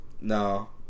No